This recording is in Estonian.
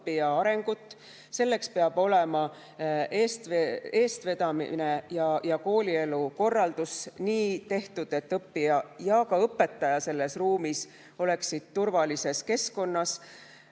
õppija arengut. Selleks peab olema eestvedamine ja koolielu korraldus selline, et õppija ja ka õpetaja selles ruumis oleksid turvalises keskkonnas.